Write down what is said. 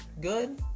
good